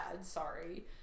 sorry